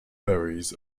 berries